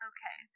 Okay